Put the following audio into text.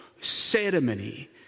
ceremony